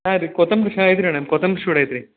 ಹಾಂ ರೀ ಕೊತ್ತಂಬರಿ ಚೆನ್ನಾಗಿ ಐತ್ರಿ ಮೇಡಮ್ ಕೊತ್ತಂಬರಿ ಸೂಡು ಐತ್ರಿ